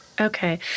Okay